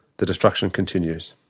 the destruction continues.